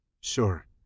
Sure